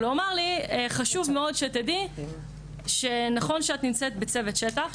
אבל הוא אמר לי- חשוב מאוד שתדעי שנכון שאת נמצאת בצוות שטח,